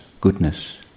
goodness